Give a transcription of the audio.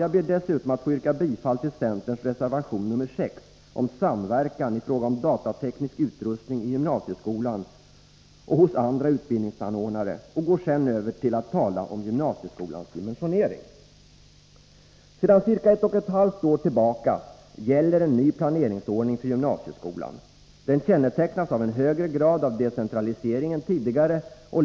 Jag ber dessutom att få yrka bifall till centerns reservation nr 6 om samverkan i fråga om datateknisk utrustning i gymnasieskolan och hos andra utbildningsanordnare. Jag övergår härefter till att tala om gymnasieskolans dimensionering. Sedan ca ett och ett halvt år tillbaka gäller en ny planeringsordning för gymnasieskolan. Den kännetecknas av en högre grad av decentralisering än tidigare.